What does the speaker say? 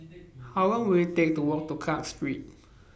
How Long Will IT Take to Walk to Clarke Street